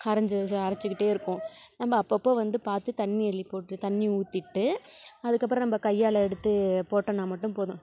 அரைச்சி அரைச்சுக்கிட்டே இருக்கும் நம்ம அப்பப்போ வந்து பார்த்து தண்ணி அள்ளி போட்டு தண்ணி ஊத்திட்டு அதுக்கப்பறம் நம்ம கையால் எடுத்து போட்டோம்னா மட்டும் போதும்